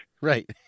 Right